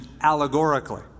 allegorically